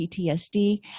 ptsd